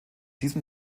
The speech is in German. diesem